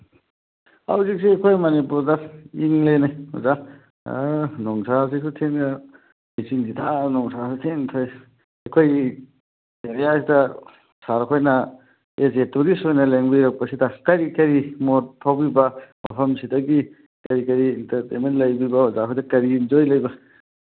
ꯍꯧꯖꯤꯛꯁꯤ ꯑꯩꯈꯣꯏ ꯃꯅꯤꯄꯨꯔꯗ ꯏꯪꯂꯦꯅꯦ ꯑꯣꯖꯥ ꯅꯨꯡꯁꯥꯁꯤꯁꯨ ꯊꯦꯡꯅ ꯂꯩꯆꯤꯟꯁꯤ ꯊꯥꯔꯒ ꯅꯨꯡꯁꯥꯁꯨ ꯊꯦꯡꯅ ꯊꯣꯛꯑꯦ ꯑꯩꯈꯣꯏꯒꯤ ꯑꯦꯔꯤꯌꯥꯁꯤꯗ ꯁꯥꯔꯈꯣꯏꯅ ꯑꯦꯁ ꯑꯦ ꯇꯨꯔꯤꯁ ꯑꯣꯏꯅ ꯂꯦꯡꯕꯤꯔꯛꯄꯁꯤꯗ ꯀꯔꯤ ꯀꯔꯤ ꯃꯣꯠ ꯐꯥꯎꯕꯤꯕ ꯃꯐꯝꯁꯤꯗꯒꯤ ꯀꯔꯤ ꯀꯔꯤ ꯏꯟꯇꯔꯇꯦꯟꯃꯦꯟ ꯂꯩꯕꯤꯕ ꯑꯣꯖꯥꯍꯣꯏꯗ ꯀꯔꯤ ꯏꯟꯖꯣꯏ ꯂꯩꯕ